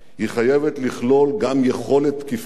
היא חייבת לכלול גם יכולת תקיפה,